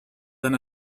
than